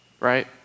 right